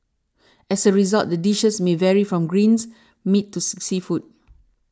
as a result the dishes may vary from greens meat to sick seafood